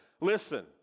listen